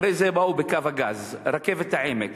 אחרי זה באו עם קו הגז, רכבת העמק,